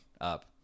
up